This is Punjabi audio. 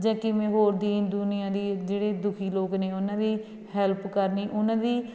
ਜਾਂ ਕਿਵੇਂ ਹੋਰ ਦੀਨ ਦੁਨੀਆਂ ਦੀ ਜਿਹੜੇ ਦੁਖੀ ਲੋਕ ਨੇ ਉਹਨਾਂ ਦੀ ਹੈਲਪ ਕਰਨੀ ਉਹਨਾਂ ਦੀ